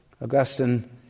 Augustine